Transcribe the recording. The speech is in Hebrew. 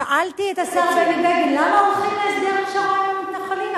שאלתי את השר בני בגין למה הולכים להסדר פשרה עם המתנחלים,